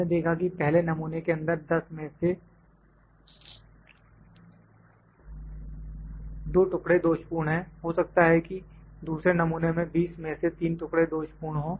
हमने देखा कि पहले नमूने के अंदर 10 में से 2 टुकड़े दोषपूर्ण हैं हो सकता है कि दूसरे नमूने में 20 में से 3 टुकड़े दोषपूर्ण हो